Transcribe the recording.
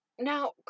Now